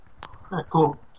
cool